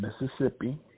Mississippi